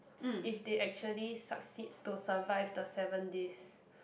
if they actually succeed to survive the seven days